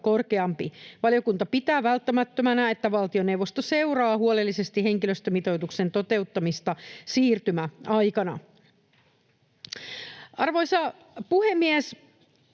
Valiokunta pitää välttämättömänä, että valtioneuvosto seuraa huolellisesti henkilöstömitoituksen toteuttamista siirtymäaikana. Arvoisa puhemies!